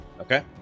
Okay